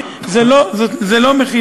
זה לא מכינה,